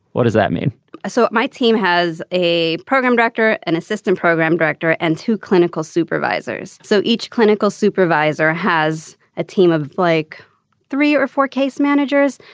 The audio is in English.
what does that mean so my team has a program director an assistant program director and two clinical supervisors. so each clinical supervisor has a team of like three or four case managers.